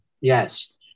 Yes